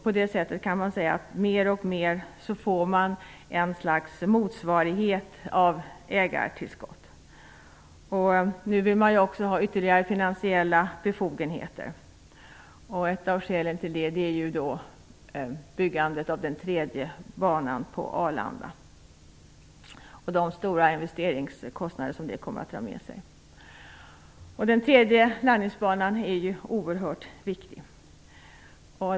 På det sättet får man mer och mer ett slags motsvarighet till ägartillskott. Nu vill man ha ytterligare finansiella befogenheter. Ett av skälen till detta är byggandet av den tredje banan på Arlanda och de stora investeringskostnader som det kommer att föra med sig. Den tredje landningsbanan är oerhört viktig.